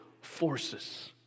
forces